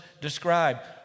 described